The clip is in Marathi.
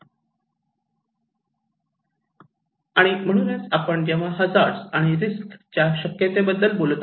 आणि म्हणून जेव्हा आपण हजार्ड आणि रिस्क च्या शक्यते बद्दल बोलत आहोत